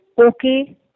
okay